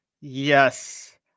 Yes